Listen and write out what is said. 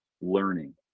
learning